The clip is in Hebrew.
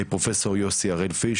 פרופסור יוסי הראל פיש,